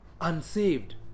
unsaved